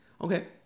Okay